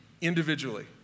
individually